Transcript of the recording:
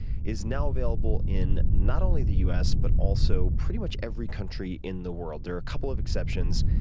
is now available in, not only the u s, but also pretty much every country in the world. there are a couple of exceptions,